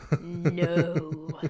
No